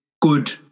good